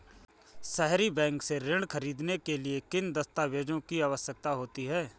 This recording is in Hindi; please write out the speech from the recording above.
सहरी बैंक से ऋण ख़रीदने के लिए किन दस्तावेजों की आवश्यकता होती है?